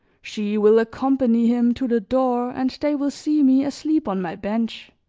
she will accompany him to the door and they will see me asleep on my bench.